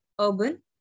Urban